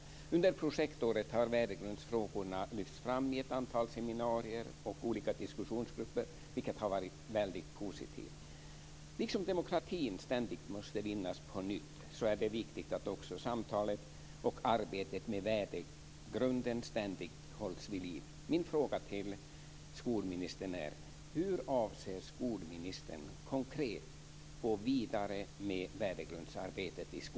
Under projektåret har värdegrundsfrågorna lyfts fram i ett antal seminarier och olika diskussionsgrupper, vilket har varit väldigt positivt. Liksom demokratin ständigt måste vinnas på nytt, är det viktigt att också samtalet och arbetet med värdegrunden ständigt hålls vid liv.